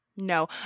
No